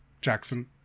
Jackson